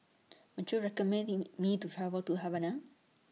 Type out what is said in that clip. Would YOU recommend Me to travel to Havana